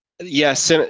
Yes